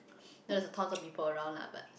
no there's a tons of people around lah but